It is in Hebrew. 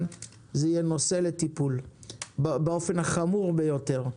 זה יהיה נושא לטיפול באופן החמור ביותר,